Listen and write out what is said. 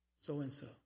so-and-so